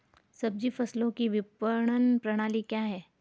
सब्जी फसलों की विपणन प्रणाली क्या है?